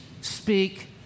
speak